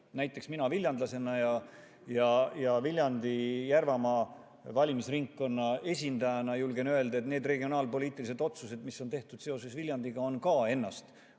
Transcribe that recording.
Näiteks mina viljandlasena ja Viljandi-Järvamaa valimisringkonna esindajana julgen öelda, et need regionaalpoliitilised otsused, mis on tehtud seoses Viljandiga, on ka ennast